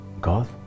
god